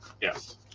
yes